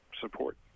support